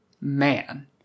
man